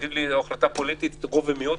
תגיד לי החלטה פוליטית, רוב או מיעוט?